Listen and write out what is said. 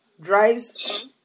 drives